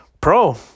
Pro